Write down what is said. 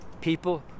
people